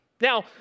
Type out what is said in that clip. Now